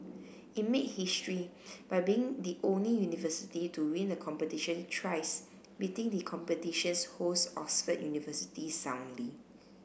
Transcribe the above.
it made history by being the only university to win the competition thrice beating the competition's host Oxford University soundly